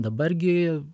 dabar gi